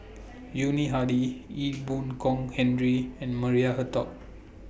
Yuni Hadi Ee Boon Kong Henry and Maria Hertogh